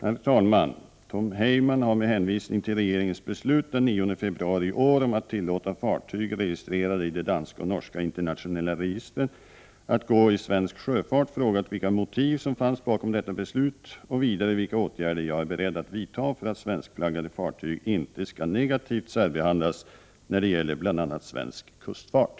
Herr talman! Tom Heyman har med hänvisning till regeringens beslut den 9 februari i år om att tillåta fartyg registrerade i de danska och norska internationella registren att gå i svensk kustfart frågat vilka motiv som fanns bakom detta beslut och vidare vilka åtgärder jag är beredd att vidta för att svenskflaggade fartyg inte skall negativt särbehandlas när det gäller bl.a. svensk kustfart.